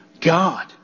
God